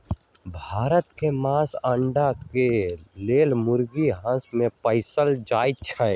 भारत में मास, अण्डा के लेल मुर्गी, हास के पोसल जाइ छइ